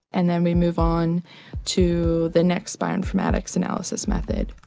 and then we move on to the next bioinformatics analysis method.